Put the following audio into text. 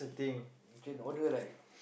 can order like